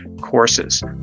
courses